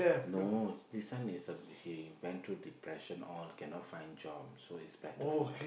no this one is a he went through depression all cannot find job so it's better for me